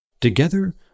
Together